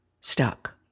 stuck